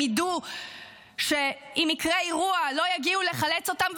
ידעו שאם יקרה אירוע לא יגיעו לחלץ אותם,